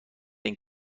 این